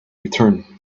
return